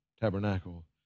tabernacle